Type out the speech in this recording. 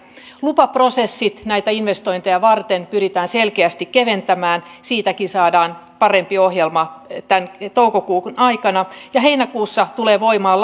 lupaprosesseja näitä investointeja varten pyritään selkeästi keventämään siitäkin saadaan parempi ohjelma tämän toukokuun aikana ja heinäkuussa tulee voimaan